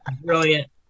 Brilliant